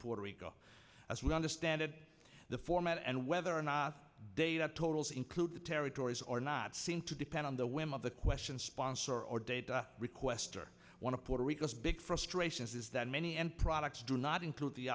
puerto rico as we understand it the format and whether or not they that totals include territories or not seem to depend on the whim of the question sponsor or data request or one of puerto rico's big frustrations is that many end products do not include the